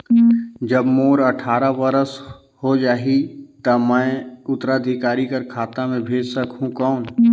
जब मोर अट्ठारह वर्ष हो जाहि ता मैं उत्तराधिकारी कर खाता मे भेज सकहुं कौन?